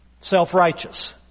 self-righteous